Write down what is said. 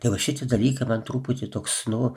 tai va šitie dalykai man truputį toks nu